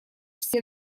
все